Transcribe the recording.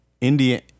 India